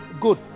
good